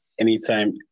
anytime